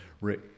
Rick